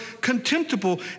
contemptible